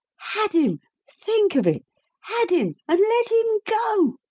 had him think of it had him, and let him go!